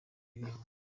birihuta